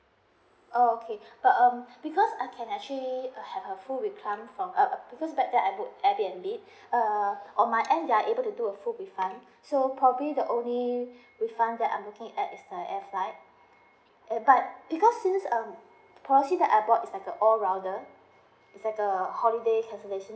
oh okay but um because I can actually uh have a full refund from uh uh because back then I booked airbnb uh on my end they are able to do a full refund so probably the only refund that I'm looking at is the air flight uh but because since um the policy that I bought is like a all rounder it's like a holiday cancellation